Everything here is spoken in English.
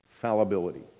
fallibility